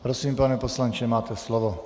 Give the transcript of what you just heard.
Prosím, pane poslanče, máte slovo.